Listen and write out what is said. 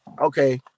Okay